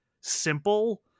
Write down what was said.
simple